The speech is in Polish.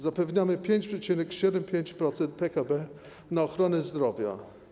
Zapewniamy 5,75% PKB na ochronę zdrowia.